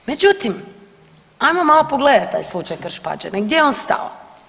Međutim, ajmo malo pogledat taj slučaj Krš-Pađene, gdje je on stao?